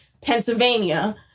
Pennsylvania